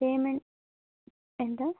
payment എന്താ